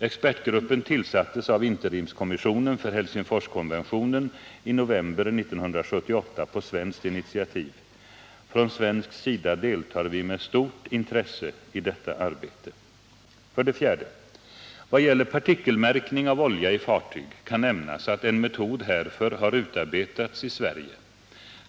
Expertgruppen tillsattes av interimskommissionen för Helsingforskonventionen i november 1978 på svenskt initiativ. Från svensk sida deltar vi med stort intresse i detta arbete. 4. Vad gäller partikelmärkning av olja i fartyg kan nämnas att en metod härför har utarbetats i Sverige.